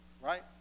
right